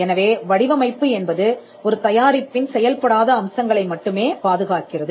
எனவே வடிவமைப்பு என்பது ஒரு தயாரிப்பின் செயல்படாத அம்சங்களை மட்டுமே பாதுகாக்கிறது